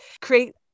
create